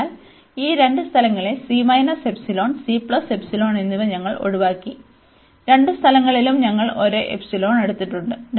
അതിനാൽ ഈ രണ്ട് സ്ഥലങ്ങളിൽ എന്നിവ ഞങ്ങൾ ഒഴിവാക്കി രണ്ട് സ്ഥലങ്ങളിലും ഞങ്ങൾ ഒരേ എടുത്തിട്ടുണ്ട്